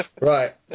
Right